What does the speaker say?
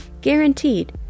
guaranteed